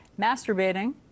masturbating